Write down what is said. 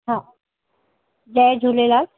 हा जय झूलेलाल